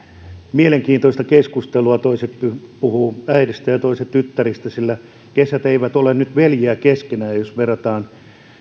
mielenkiintoista keskustelua toiset puhuvat äideistä ja toiset tyttäristä sillä kesät eivät ole nyt veljiä keskenään jos verrataan